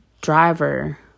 driver